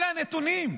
אלה הנתונים,